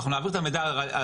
ואנחנו נעביר את המידע הרלוונטי.